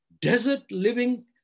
desert-living